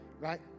right